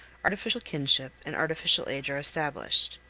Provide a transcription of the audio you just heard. artificial kinship and artificial age are established.